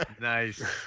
Nice